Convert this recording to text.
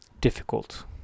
difficult